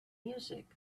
music